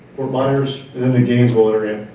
fort myers and the gainsville area.